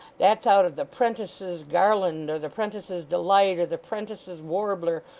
that's out of the prentice's garland or the prentice's delight, or the prentice's warbler,